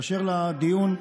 באשר לדיון,